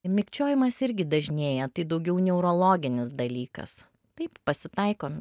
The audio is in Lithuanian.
mikčiojimas irgi dažnėja tai daugiau neurologinis dalykas taip pasitaiko